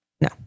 No